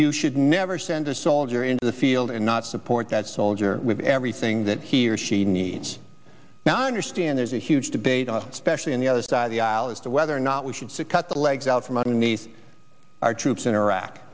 you should never send a soldier into the field and not support that soldier with everything that he or she needs now understand there's a huge debate on specially in the other side of the aisle as to whether or not we should sit cut the legs out from underneath our troops in iraq